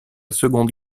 seconde